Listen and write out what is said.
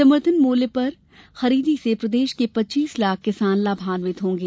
समर्थन मूल्य पर खरीदी से प्रदेश के पच्चीस लाख किसान लाभान्वित होंगे